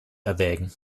erwägen